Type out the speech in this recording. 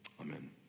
Amen